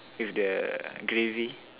with the gravy